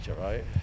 right